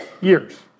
years